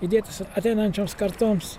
įdėtas ateinančioms kartoms